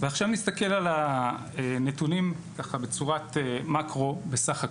ועכשיו נסתכל על הנתונים בצורת מאקרו סך הכול.